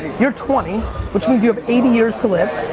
you're twenty which means you have eighty years to live